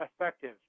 effective